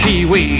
Kiwi